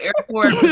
airport